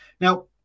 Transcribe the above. Now